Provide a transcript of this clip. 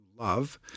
love